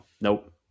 Nope